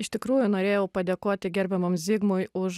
iš tikrųjų norėjau padėkoti gerbiamam zigmui už